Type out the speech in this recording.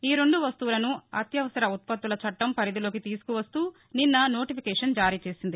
ఈ రెండు వస్తువులను అత్యవసర ఉత్పత్తుల చట్టం పరిధిలోకి తీసుకువస్తూ నిన్న నోటిఫికేషన్ జారీ చేసింది